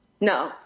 No